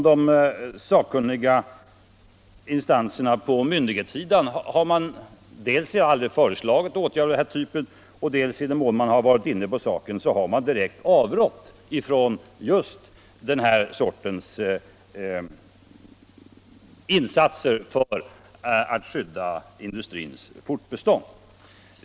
De sakkunniga instanserna från myndighetssidan har aldrig föreslagit åtgärder av den här typen. I den mån de har varit inne på saken har de direkt avrått från just den sortens insatser i syfte att skydda industrins fortbestånd.